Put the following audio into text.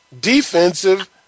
defensive